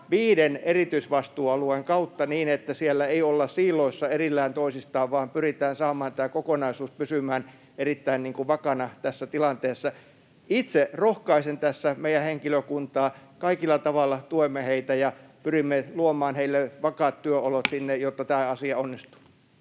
viiden erityisvastuualueen kautta niin, että siellä ei olla siiloissa erillään toisistaan vaan pyritään saamaan tämä kokonaisuus pysymään erittäin vakaana tässä tilanteessa. Itse rohkaisen tässä meidän henkilökuntaa. Kaikilla tavoilla tuemme heitä ja pyrimme luomaan heille vakaat työolot sinne, jotta tämä asia onnistuu.